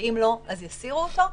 ואם לא אז יסירו אותו.